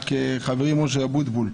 חברי משה אבוטבול,